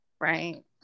right